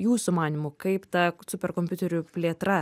jūsų manymu kaip ta superkompiuterių plėtra